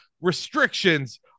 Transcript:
restrictions